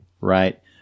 Right